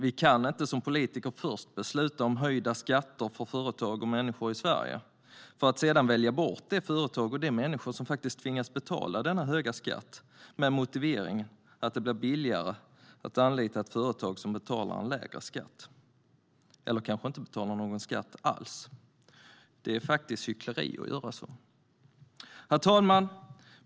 Vi som politiker kan inte först besluta om höjda skatter för företag och människor i Sverige för att sedan välja bort de företag och de människor som faktiskt tvingas betala denna höga skatt med motiveringen att det blir billigare att anlita ett företag som betalar en lägre skatt, eller kanske inte betalar någon skatt alls. Det är faktiskt hyckleri att göra så. Herr talman!